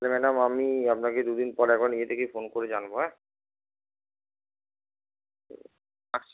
তাহলে ম্যাডাম আমি আপনাকে দুদিন পরে একবার নিজে থেকেই ফোন করে জানবো হ্যাঁ আচ্ছা